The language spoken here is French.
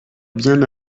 bien